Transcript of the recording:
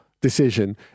decision